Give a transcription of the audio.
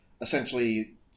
essentially